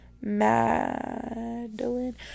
Madeline